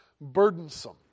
burdensome